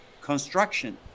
construction